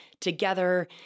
together